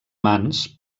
mans